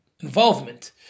involvement